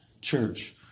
church